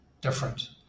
different